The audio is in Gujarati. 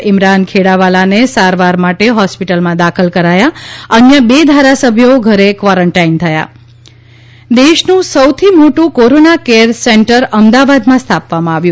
ઇમરાન ખેડાવાલાને સારવાર માટે હોસ્પિટલમાં દાખલ કરાયા અન્ય બે ધારાસભ્યો ઘરે ક્વોરન્ટાઇન થયા દેશનું સૌથી મોટું કોરોના કેર સેન્ટર અમદાવાદમાં સ્થાપવામાં આવ્યું